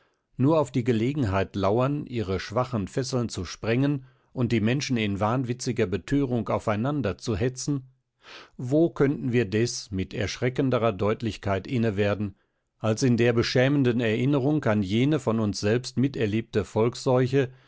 nur auf die gelegenheit lauern ihre schwachen fesseln zu sprengen und die menschen in wahnwitziger betörung aufeinander zu hetzen wo könnten wir des mit erschreckenderer deutlichkeit innewerden als in der beschämenden erinnerung an jene von uns selbst miterlebte